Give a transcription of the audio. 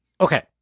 Okay